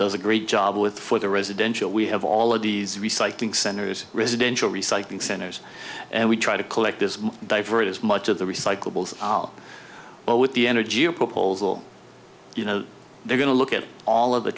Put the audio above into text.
does a great job with for the residential we have all of these recycling centers residential recycling centers and we try to collect as much divert as much of the recyclables or with the energy or proposal you know they're going to look at all of the